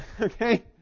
Okay